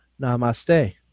namaste